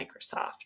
Microsoft